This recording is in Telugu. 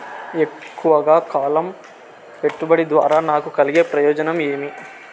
ఎక్కువగా కాలం పెట్టుబడి ద్వారా నాకు కలిగే ప్రయోజనం ఏమి?